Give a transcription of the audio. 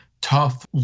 tough